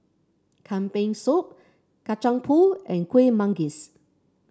Kambing Soup Kacang Pool and Kuih Manggis